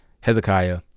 hezekiah